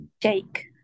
Jake